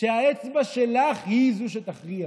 שהאצבע שלך היא שתכריע,